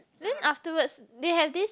then afterwards they have this